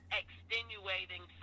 extenuating